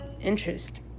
interest